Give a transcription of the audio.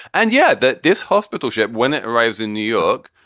and yeah, that this hospital ship, when it arrives in new york,